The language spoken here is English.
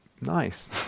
nice